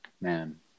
man